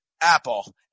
Apple